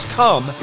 come